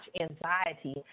anxiety